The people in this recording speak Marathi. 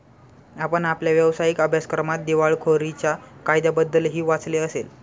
आपण आपल्या व्यावसायिक अभ्यासक्रमात दिवाळखोरीच्या कायद्याबद्दलही वाचले असेल